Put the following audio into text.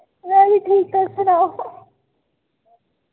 में बी ठीक तुस सनाओ